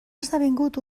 esdevingut